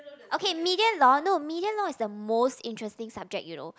okay media law no media law is the most interesting subject you know